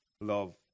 love